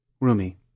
Rumi